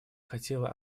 хотела